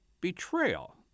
betrayal